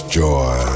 joy